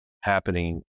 happening